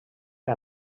era